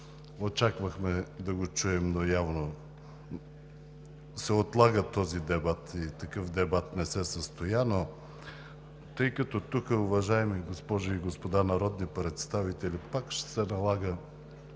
очаквахме да го чуем, но явно се отлага и такъв дебат не се състоя. Тъй като тук, уважаеми госпожи и господа народни представители, пак ще се налага